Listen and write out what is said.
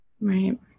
Right